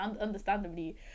understandably